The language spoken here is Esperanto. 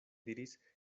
diris